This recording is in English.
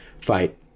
fight